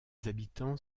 habitants